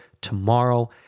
tomorrow